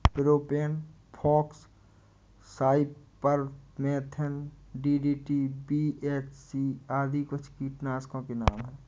propane fox, cypermethrin, DDT, BHC आदि कुछ कीटनाशकों के नाम हैं